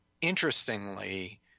interestingly